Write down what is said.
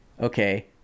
Okay